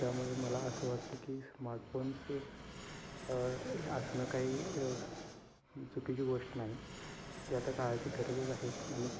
त्यामुळे मला असं वाटतं की स्मार्टफोन्स हे असणं काही चुकीची गोष्ट नाही ती आता काळाची गरजच आहे आणि